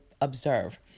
observe